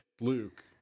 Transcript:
Luke